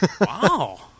Wow